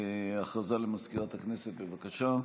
הודעה למזכירת הכנסת, בבקשה.